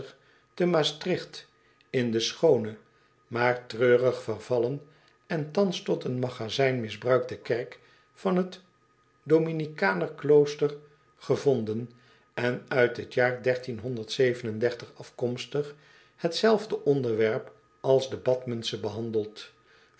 te maastricht in de schoone maar treurig vervallen en thans tot een magazijn misbruikte kerk van het dominikaner klooster gevonden en uit het jaar afkomstig hetzelfde onderwerp als de bathmensche behandelt